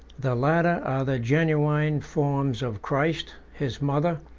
the latter are the genuine forms of christ, his mother,